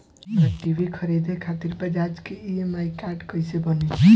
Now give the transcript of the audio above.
हमरा टी.वी खरीदे खातिर बज़ाज़ के ई.एम.आई कार्ड कईसे बनी?